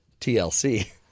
TLC